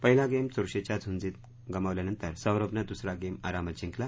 पहिला गेम चुरशीच्या झुंजीत गमावल्यानंतर सौरभनं दुसरा गेम आरामात जिंकला